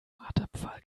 marterpfahl